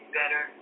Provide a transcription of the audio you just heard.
better